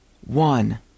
one